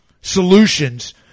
solutions